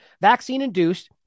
vaccine-induced